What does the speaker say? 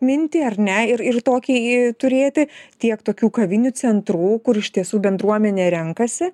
mintį ar ne ir ir tokį turėti tiek tokių kavinių centrų kur iš tiesų bendruomenė renkasi